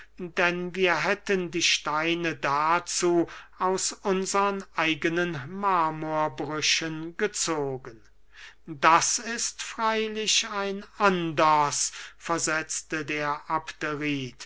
denn wir hätten die steine dazu aus unsern eigenen marmorbrüchen gezogen das ist freylich ein anders versetzte der